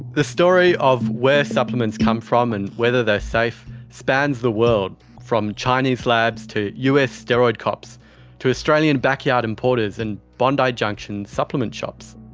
the story of where supplements come from and whether they're safe spans the world from chinese labs to us steroid cops to australian backyard importers and bondi junction supplement shops.